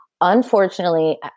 unfortunately